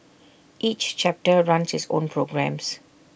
each chapter runs its own programmes